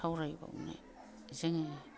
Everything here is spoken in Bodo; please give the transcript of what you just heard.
सावरायबावनो जोङो